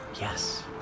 Yes